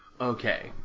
Okay